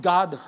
God